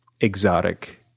exotic